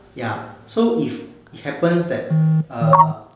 ya so if it happens that err